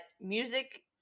music